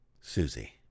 Susie